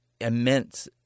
immense